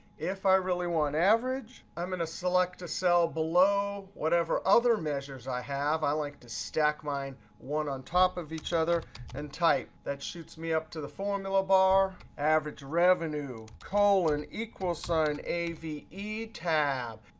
if i really want average, i'm going to select a cell below whatever other measures i have i like to stack mine one on top of each other and type. that shoots me up to the formula bar. average revenue colon equal sign a v e, tab.